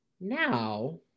now